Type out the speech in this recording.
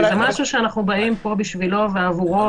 אנחנו באים פה בשבילו ועבורו,